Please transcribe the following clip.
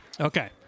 Okay